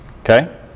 Okay